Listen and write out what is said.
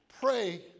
Pray